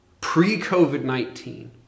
pre-COVID-19